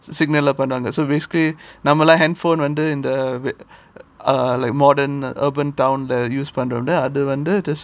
signal ல போனாங்க:la ponanga so basically நாமெல்லாம்:namellam handphone வந்து இந்த:vandhu indha in the uh like modern urban town uh use அது வந்து:adhu vandhu this